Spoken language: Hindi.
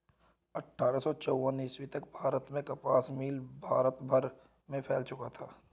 अट्ठारह सौ चौवन ईस्वी तक भारत में कपास मिल भारत भर में फैल चुका था